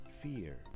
fear